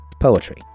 poetry